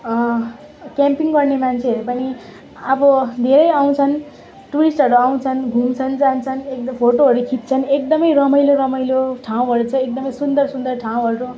camping गर्ने मान्छेहरू पनि अब धेरै आउँछन् टुरिस्टहरू आउँछन् घुम्छन् जान्छन् फोटोहरू खिच्छन् एकदम रमाइलो रमाइलो ठाउँहरू छन् एकदम सुन्दर सुन्दर ठाउँहरू